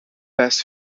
best